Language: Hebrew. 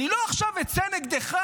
אני לא אצא נגדך